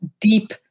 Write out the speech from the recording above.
deep